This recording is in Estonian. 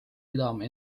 pidama